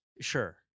Sure